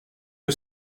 que